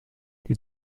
die